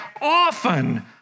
often